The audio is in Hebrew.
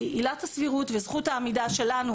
כי עילת הסבירות וזכות העמידה שלנו,